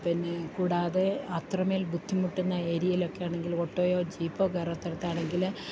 പിന്നെ കൂടാതെ അത്രമേൽ ബുദ്ധിമുട്ടുന്ന ഏരിയയിലൊക്കെ ആണെങ്കിൽ ഓട്ടോയോ ജീപ്പോ കയറാടത്താണെങ്കില്